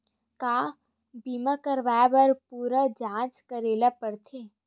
का बीमा कराए बर पूरा जांच करेला पड़थे?